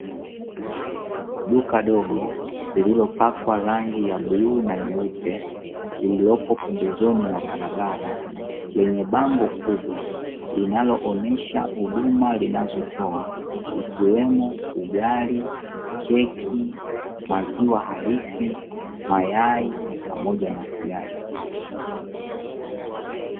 Duka dogo lililopakwa rangi ya bluu na nyeupe, lililopo pembezoni mwa barabara, lenye bango kubwa linaloonyesha huduma wanazotoa, ikiwemo: ugali, keki, maziwa halisi, mayai pamoja na siagi.